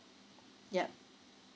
yup